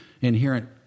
inherent